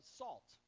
salt